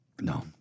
No